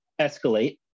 escalate